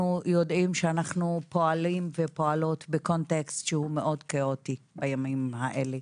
יודעים שאנחנו פועלים ופועלות בקונטקסט שהוא מאוד כאוטי בימים האלה